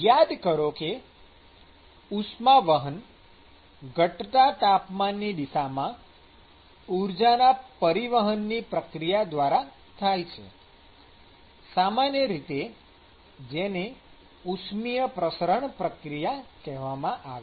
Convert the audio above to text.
યાદ કરો કે ઉષ્માવહન ઘટતા તાપમાનની દિશામાં ઊર્જાના પરિવહનની પ્રક્રિયા દ્વારા થાય છે સામાન્ય રીતે જેને ઉષ્મિય પ્રસરણ પ્રક્રિયા કહેવામાં આવે છે